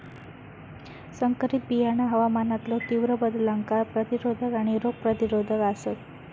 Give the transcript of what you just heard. संकरित बियाणा हवामानातलो तीव्र बदलांका प्रतिरोधक आणि रोग प्रतिरोधक आसात